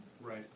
Right